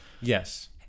Yes